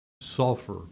sulfur